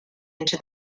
into